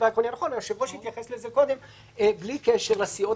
היושב-ראש התייחס לזה קודם בלי קשר לסיעות